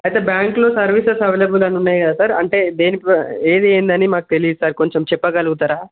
అయితే బ్యాంకులో సర్వీసెస్ అవైలబుల్లో ఏమన్నా ఉన్నాయా సార్ అంటే దేని ఏది ఏంటి అని మాకు తెలియదు సార్ కొంచెం చెప్పగలుగుతారా